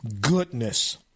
Goodness